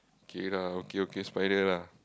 okay lah okay okay spider lah